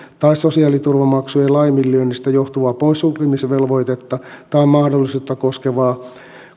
tai sosiaaliturvamaksujen laiminlyönnistä johtuvaa poissulkemisvelvoitetta tai mahdollisuutta koskevaa